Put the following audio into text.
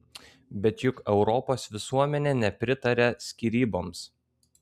bet juk europos visuomenė nepritaria skyryboms